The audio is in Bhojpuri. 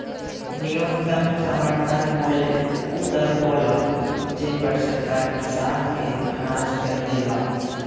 न्यूनतम समर्थन मूल्य उ दर होला जेपर सरकार किसान के अनाज खरीदेला